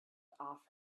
off